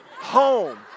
home